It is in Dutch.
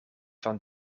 van